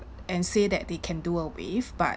and say that they can do a waive but